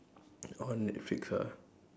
on netflix ah